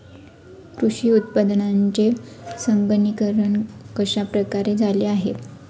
कृषी उत्पादनांचे संगणकीकरण कश्या प्रकारे झाले आहे?